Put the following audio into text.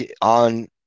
on